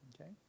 Okay